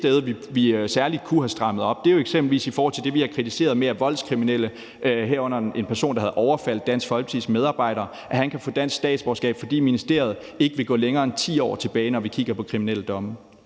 sted, vi særlig kunne have strammet op, er jo eksempelvis i forhold til det, vi har kritiseret med, at voldskriminelle, herunder en person, der havde overfaldet en af Dansk Folkepartis medarbejdere, kan få dansk statsborgerskab, fordi ministeriet ikke vil gå længere end 10 år tilbage, når vi kigger på kriminelle domme.